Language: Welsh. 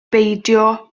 beidio